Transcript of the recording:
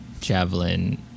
javelin